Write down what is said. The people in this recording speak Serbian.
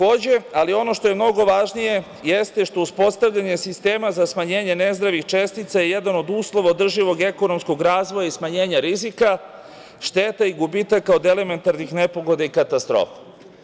Ono što je mnogo važnije jeste što uspostavljanje sistema za smanjenje nezdravih čestica je jedan od uslova održivog ekonomskog razvoja i smanjenje rizika, šteta i gubitaka od elementarnih nepogoda i katastrofa.